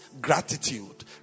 gratitude